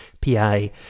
PI